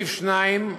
סעיף (2)